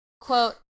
Quote